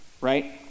right